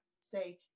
say